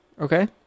okay